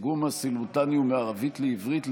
התרגום הסימולטני הוא מערבית לעברית,